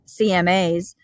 CMAs